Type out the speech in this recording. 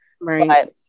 Right